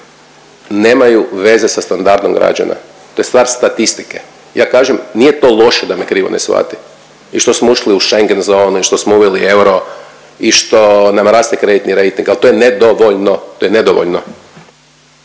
nemaju veze sa standardom građana. To je stvar statistike. Ja kažem, nije to loše, da me krivo ne shvati i što smo ušli u Schengen za onim i što smo uveli euro i što nam raste kreditni rejting, al to je nedovoljno. To je nedovoljno.